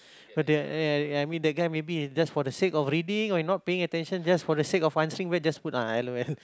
but there I mean that guy maybe is for the sake of reading or not paying attention just for the sake of answering then just put ah L_O_L